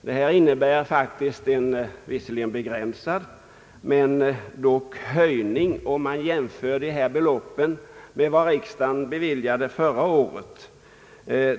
Detta innebär faktiskt en höjning, visserligen begränsad, om man jämför dessa belopp med vad riksdagen beviljade förra året.